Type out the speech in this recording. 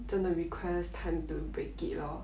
真的 requires time to break it lor